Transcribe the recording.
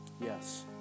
Yes